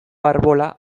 arbola